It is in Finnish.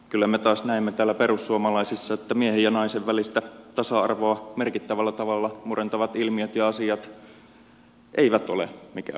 kyllä me taas näemme täällä perussuomalaisissa että miehen ja naisen välistä tasa arvoa merkittävällä tavalla murentavat ilmiöt ja asiat eivät ole mikään vähäpätöinen asia ja ongelma